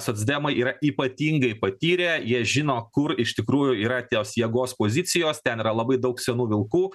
socdemai yra ypatingai patyrę jie žino kur iš tikrųjų yra tjos jėgos pozicijos ten yra labai daug senų vilkų